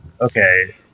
Okay